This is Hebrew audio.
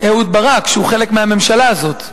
אהוד ברק, שהוא חלק מהממשלה הזו.